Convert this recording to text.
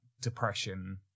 depression